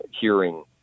hearing